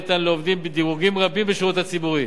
ניתן לעובדים בדירוגים רבים בשירות הציבורי